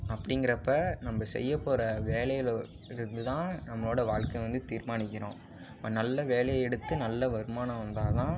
அப்படிங்கிறப்ப நம்ம செய்யப்போகிற வேலையில் இருந்து தான் நம்மளோட வாழ்க்கை வந்து தீர்மானிக்கணும் ஒரு நல்ல வேலை எடுத்து நல்ல வருமானம் வந்தால்தான்